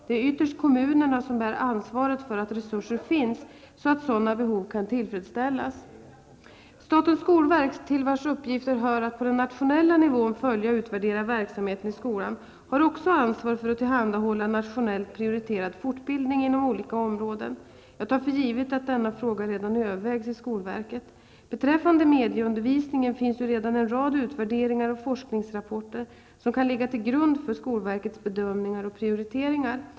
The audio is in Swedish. Det är ytterst kommunerna som bär ansvaret för att resurser finns, så att sådana behov kan tillfredsställas. Statens skolverk, till vars uppgifter hör att på den nationella nivån följa och utvärdera verksamheten i skolan, har också ansvar för att tillhandahålla nationellt prioriterad fortbildning inom olika områden. Jag tar för givet att denna fråga redan övervägs i skolverket. Beträffande medieundervisningen finns ju redan en rad utvärderingar och forskningsrapporter som kan ligga till grund för skolverkets bedömningar och prioriteringar.